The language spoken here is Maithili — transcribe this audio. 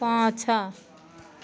पाछाँ